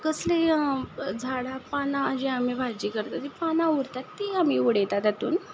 कसलीं झाडां पानां जीं आमी भाजी करता तीं पानां उरतात तीं आमी उडयतात तातूंत